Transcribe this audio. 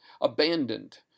abandoned